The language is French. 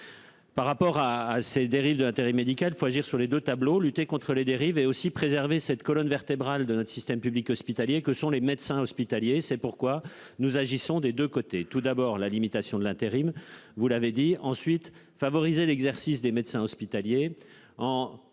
Par rapport à, à ces dérives de l'intérim médical, il faut agir sur les 2 tableaux lutter contre les dérives et aussi préserver cette colonne vertébrale de notre système public hospitalier que sont les médecins hospitaliers. C'est pourquoi nous agissons des deux côtés. Tout d'abord la limitation de l'intérim, vous l'avez dit, ensuite favoriser l'exercice des médecins hospitaliers